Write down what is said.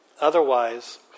Otherwise